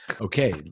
okay